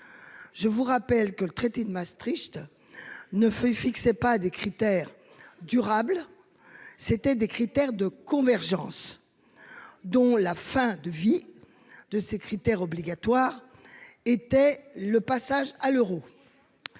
Je vous rappelle que le traité de Maastricht. Ne fais fixait pas à des critères durables. C'était des critères de convergence. Dont la fin de vie de ces critères obligatoires était le passage à l'euro.